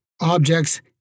objects